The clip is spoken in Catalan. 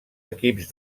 equips